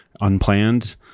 unplanned